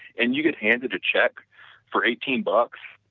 and you get handed a check for eighteen bucks,